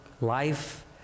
life